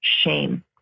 shame